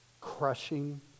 Crushing